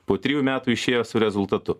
po trijų metų išėjo su rezultatu